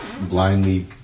blindly